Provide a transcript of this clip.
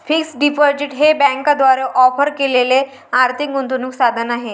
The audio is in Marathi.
फिक्स्ड डिपॉझिट हे बँकांद्वारे ऑफर केलेले आर्थिक गुंतवणूक साधन आहे